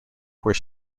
where